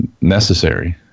necessary